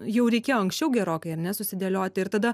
jau reikėjo anksčiau gerokai ar ne susidėlioti ir tada